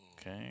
okay